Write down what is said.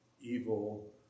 evil